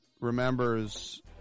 remembers